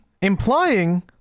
implying